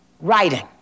Writing